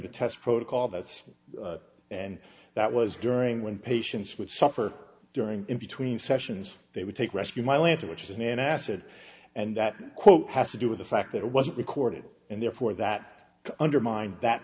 the test protocol that's and that was during when patients would suffer during in between sessions they would take rescue my lantern which is an acid and that quote has to do with the fact that it wasn't recorded and therefore that undermine that